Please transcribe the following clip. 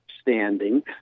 standing